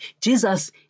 Jesus